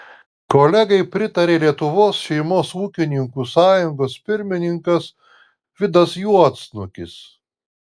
kolegai pritarė lietuvos šeimos ūkininkų sąjungos pirmininkas vidas juodsnukis